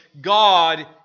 God